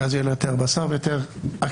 כי אז יהיה לה יותר בשר ויותר אכיפה.